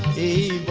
a